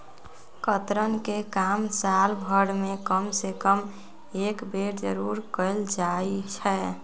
कतरन के काम साल भर में कम से कम एक बेर जरूर कयल जाई छै